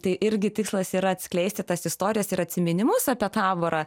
tai irgi tikslas yra atskleisti tas istorijas ir atsiminimus apie taborą